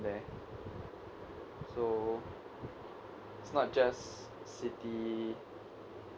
there so it's not just city